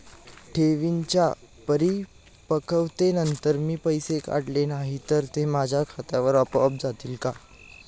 ठेवींच्या परिपक्वतेनंतर मी पैसे काढले नाही तर ते माझ्या खात्यावर आपोआप जातील का?